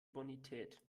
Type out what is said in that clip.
bonität